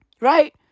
Right